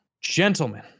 gentlemen